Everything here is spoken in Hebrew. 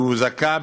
היא הוזעקה